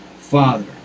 Father